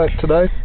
today